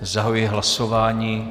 Zahajuji hlasování.